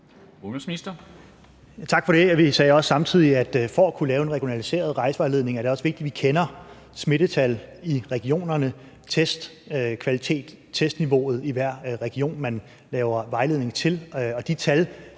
Tak for det. Vi sagde samtidig også, at det for at kunne lave en regionaliseret rejsevejledning også er vigtigt, at vi kender smittetallet i regionerne, testkvaliteten og testniveauet i hver region, man laver vejledninger til.